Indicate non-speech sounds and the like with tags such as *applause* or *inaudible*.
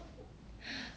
*breath*